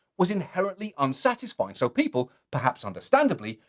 was inherently unsatisfying so people, perhaps understandably,